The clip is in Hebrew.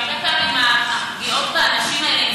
כי הרבה פעמים הפגיעות באנשים האלה,